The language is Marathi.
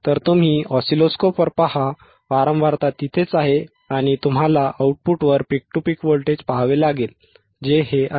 तर तुम्ही ऑसिलोस्कोपवर पहा वारंवारता तिथेच आहे आणि तुम्हाला आउटपुटवर पीक टू पीक व्होल्टेज पहावे लागेल जे हे आहे